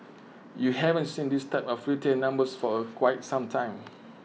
you haven't seen this type of retail numbers for A quite some time